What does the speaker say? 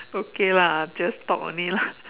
okay lah I am just talk only lah